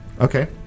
Okay